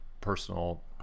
personal